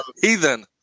Heathen